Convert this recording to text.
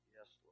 Yes